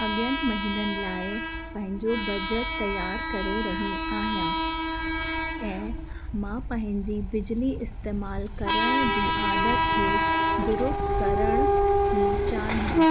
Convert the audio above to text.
अॻियनि महीननि लाइ पंहिंजो बजट तयार करे रही आहियां ऐं मां पंहिंजी बिजली इस्तेमालु करण जी आदतु खे दुरुस्तु करण थी चाहियां